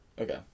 Okay